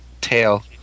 tail